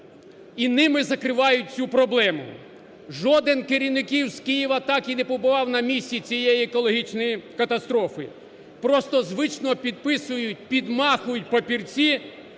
і ними закривають цю проблему. Жоден з керівників Києва так і не побував на місці цієї екологічної катастрофи, просто звично підписують, підмахують папірці